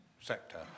sector